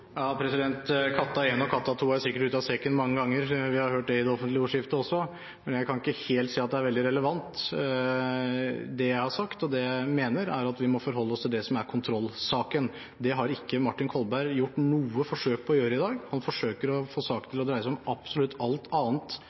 Katta 1 og katta 2 har sikkert kommet ut av sekken mange ganger. Vi har hørt det også i det offentlige ordskiftet, men jeg kan ikke helt se at det er veldig relevant. Det jeg har sagt, og det jeg mener, er at vi må forholde oss til det som er kontrollsaken. Det har ikke Martin Kolberg gjort noe forsøk på å gjøre i dag. Han forsøker å få saken til å dreie seg om absolutt alt annet